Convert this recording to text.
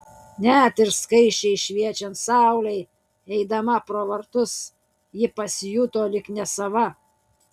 net ir skaisčiai šviečiant saulei eidama pro vartus ji pasijuto lyg nesava